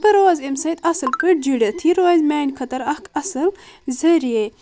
بہٕ روزٕ امہِ سۭتۍ اصٕل پٲٹھۍ جُرتھ یہِ روزِ میانۍ خٲطر اکھ اصٕل ذٔریعہٕ